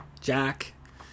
Jack